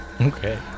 Okay